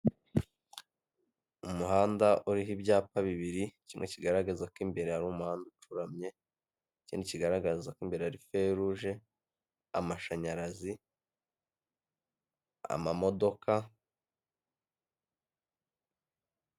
Umuhanda uriho ibyapa bibiri kimwe kigaragaza ko imbere hari umuhanda ucuramye ikindi kigaragaza imbere feruje, amashanyarazi n'amamodoka.